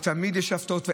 ותמיד יש הפתעות,